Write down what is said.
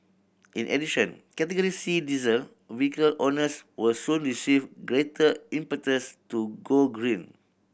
in addition Category C diesel vehicle owners will soon receive greater impetus to go green